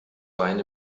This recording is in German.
wein